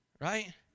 Right